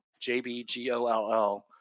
jbgoll